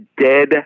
Dead